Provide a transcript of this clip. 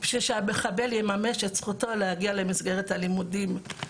בשביל שהמחבל יממש את זכותו להגיע למסגרת הלימודים.